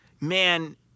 man –